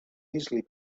easily